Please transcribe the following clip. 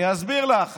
אני אסביר לך.